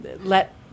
let